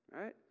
right